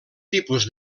tipus